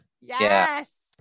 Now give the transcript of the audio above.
yes